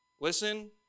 Listen